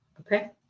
Okay